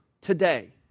today